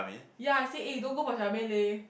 ya I say eh don't go for Charmaine leh